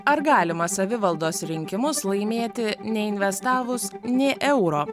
ar galima savivaldos rinkimus laimėti neinvestavus nė euro